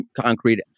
concrete